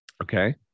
Okay